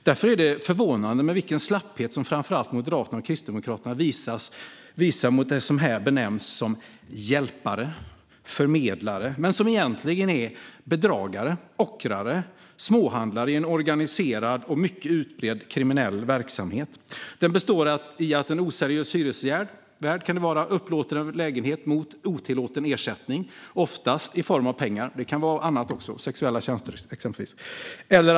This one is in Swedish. Därför är det förvånande vilken slapphet framför allt Moderaterna och Kristdemokraterna visar mot dem som här benämns hjälpare och förmedlare men som egentligen är bedragare, ockrare och småhandlare i en organiserad och mycket utbredd kriminell verksamhet. Den består i att en oseriös hyresvärd upplåter en lägenhet mot otillåten ersättning. Oftast är det i form av pengar, men det kan vara annat också, exempelvis sexuella tjänster.